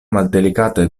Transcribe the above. maldelikate